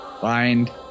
find